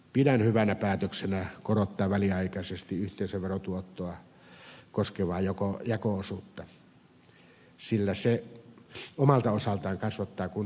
pidän hyvänä päätöksenä korottaa väliaikaisesti yhteisöverotuottoa koskevaa jako osuutta sillä se omalta osaltaan kasvattaa kuntien verotuloja